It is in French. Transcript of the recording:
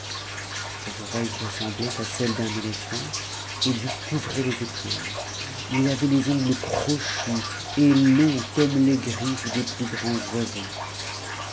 ses oreilles ressemblaient à celles d'un éléphant et lui couvraient les épaules il avait les ongles crochus et longs comme les griffes des plus grands oiseaux